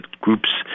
groups